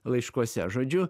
laiškuose žodžiu